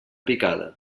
picada